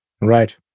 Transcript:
Right